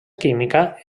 química